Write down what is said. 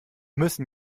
müssen